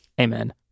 Amen